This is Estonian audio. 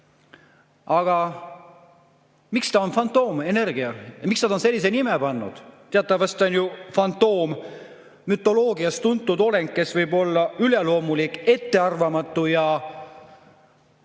Aga miks ta on fantoomenergia? Miks nad on sellise nime pannud? Teatavasti on fantoom mütoloogiast tuntud olend, kes võib olla üleloomulik, ettearvamatu,